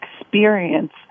experience